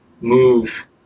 move